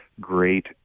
great